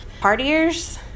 partiers